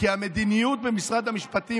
כי המדיניות במשרד המשפטים,